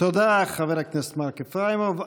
תודה, חבר הכנסת מרק איפראימוב.